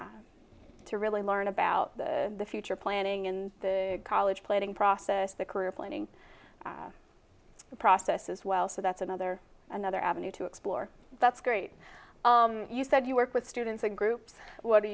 to really learn about the future planning and the college planning process the career planning process as well so that's another another avenue to explore that's great you said you work with students and groups what do